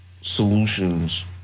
solutions